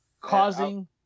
causing